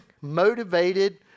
motivated